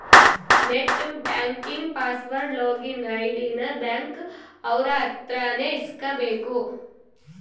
net banking password login ID ನ bank ಅವ್ರ ಅತ್ರ ನೇ ಇಸ್ಕಬೇಕು